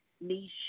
niche